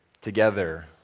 together